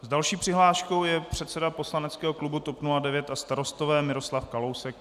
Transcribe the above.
S další přihláškou je předseda poslaneckého klubu TOP 09 a Starostové Miroslav Kalousek.